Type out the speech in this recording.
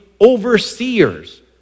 overseers